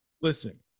Listen